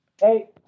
Hey